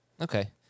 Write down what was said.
Okay